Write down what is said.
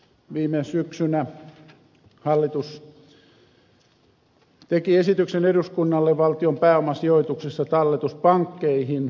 viime syksynä hallitus teki esityksen eduskunnalle valtion pääomasijoituksista talletuspankkeihin